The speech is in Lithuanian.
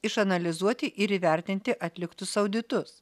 išanalizuoti ir įvertinti atliktus auditus